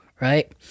right